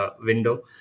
window